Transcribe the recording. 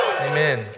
Amen